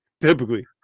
typically